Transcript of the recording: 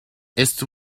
its